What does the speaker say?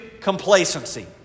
complacency